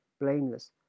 blameless